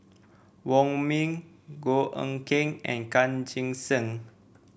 Wong Ming Goh Eck Kheng and Chan Chee Seng